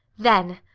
then